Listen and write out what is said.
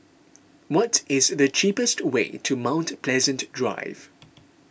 what is the cheapest way to Mount Pleasant Drive